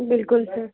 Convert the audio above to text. بلکل سَر